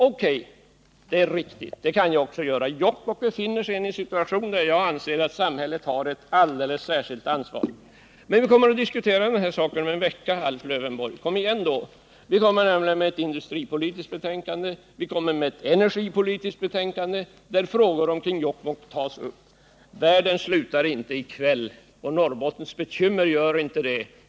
Okay, det är riktigt. Det kan jag också göra. Jokkmokk befinner sig i en situation där jag anser att samhället har ett alldeles särskilt ansvar. Men vi kommer att diskutera den här saken om en vecka, Alf Lövenborg. Kom igen då! Vi kommer nämligen med ett industripolitiskt betänkande, och vi kommer med ett energipolitiskt betänkande där frågor omkring Jokkmokk tas upp. Världen slutar inte i kväll, och Norrbottens bekymmer gör inte det.